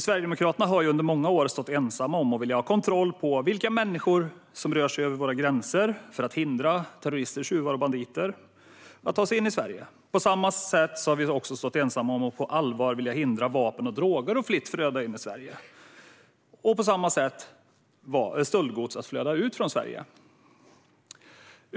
Sverigedemokraterna har under många år stått ensamma om att vilja ha kontroll på vilka människor som rör sig över våra gränser för att hindra terrorister, tjuvar och banditer från att ta sig in i Sverige. På samma sätt har vi stått ensamma om att på allvar vilja hindra vapen och droger att fritt flöda in i Sverige och stöldgods att flöda ut från Sverige.